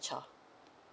child